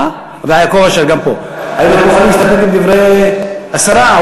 את מסתפקת בדברי השרה,